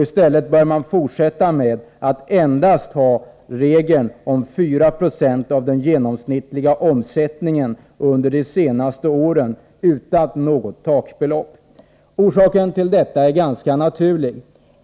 I stället bör regeln om att få ha 4 96 av den genomsnittliga omsättningen de två senaste åren, utan något beloppstak, gälla även i fortsättningen. Orsaken därtill är ganska naturlig.